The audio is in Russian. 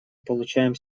получаем